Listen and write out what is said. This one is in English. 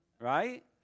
Right